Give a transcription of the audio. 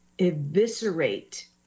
eviscerate